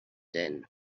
din